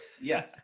Yes